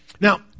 Now